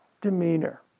demeanor